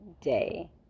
day